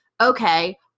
okay